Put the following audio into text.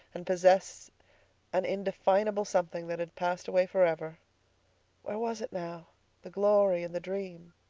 and possessed an indefinable something that had passed away forever. where was it now the glory and the dream?